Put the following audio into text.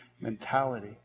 mentality